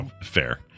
fair